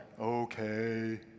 okay